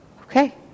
Okay